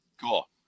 cool